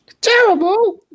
Terrible